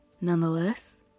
nonetheless